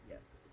Yes